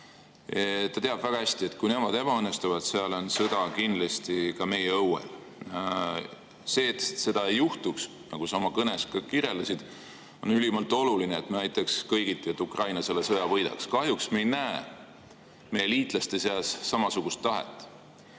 Ta teab väga hästi, et kui nemad ebaõnnestuvad, siis on sõda kindlasti ka meie õuel. Et seda ei juhtuks, nagu sa oma kõnes ka [ütlesid], on ülimalt oluline, et me aitaks kõigiti, et Ukraina selle sõja võidaks. Kahjuks me ei näe meie liitlaste seas samasugust tahet.